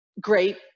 great